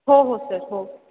हो हो सर हो